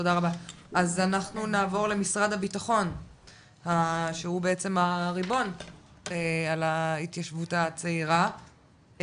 אז אנחנו נעבור למשרד הבטחון שהוא בעצם הריבון על ההתיישבות הצעירה.